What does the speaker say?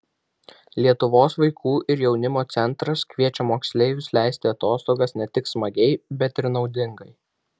lietuvos vaikų ir jaunimo centras kviečia moksleivius leisti atostogas ne tik smagiai bet ir naudingai